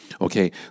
Okay